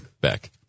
Back